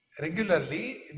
regularly